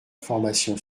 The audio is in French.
formation